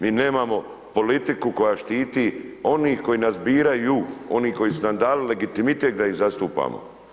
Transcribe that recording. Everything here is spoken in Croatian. Mi nemamo politiku koja štiti onih koji nas biraju, onih koji su nam dali legitimitet da ih zastupamo.